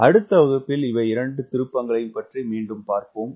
அடுத்த வகுப்பில் இவையிரண்டு திருப்பங்களையும் பற்றி மீண்டும் பார்ப்போம்